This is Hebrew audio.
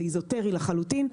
זה אזוטרי לחלוטין.